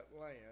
land